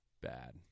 bad